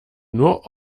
nur